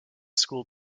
school